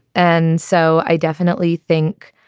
and so i definitely think,